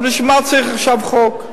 אז בשביל מה צריך עכשיו חוק?